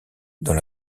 dans